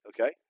Okay